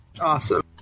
awesome